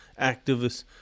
activists